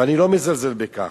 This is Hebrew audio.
ואני לא מזלזל בכך,